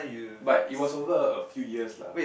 but it was over a few years lah